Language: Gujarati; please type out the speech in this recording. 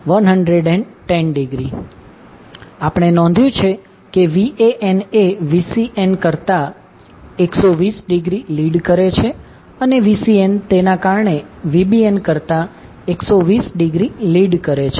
અમે નોંધ્યું છે કે Van એ Vcn કરતા 120° ડિગ્રી લિડ કરે છે અને Vcnતેના કારણે Vbn કરતા 120° ડિગ્રી લિડ કરે છે